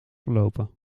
verlopen